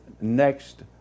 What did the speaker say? next